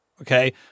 okay